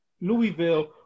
Louisville